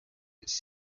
its